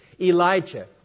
Elijah